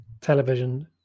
television